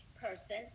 person